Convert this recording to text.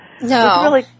No